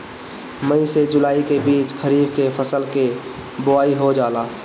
मई से जुलाई के बीच खरीफ के फसल के बोआई हो जाला